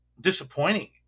disappointing